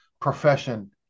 profession